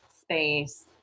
space